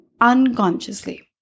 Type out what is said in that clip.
unconsciously